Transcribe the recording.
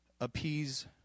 appease